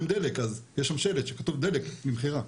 דלק אז יש שם שלט שכתוב דלק למכירה.